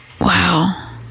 wow